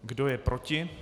Kdo je proti?